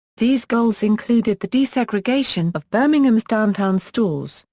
these goals included the desegregation of birmingham's downtown stores,